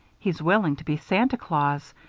he's willing to be santa claus.